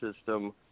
system